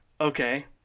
Okay